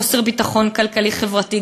חוסר ביטחון כלכלי-חברתי,